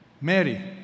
Mary